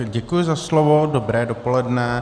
Děkuji za slovo, dobré dopoledne.